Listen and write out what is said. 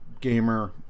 gamer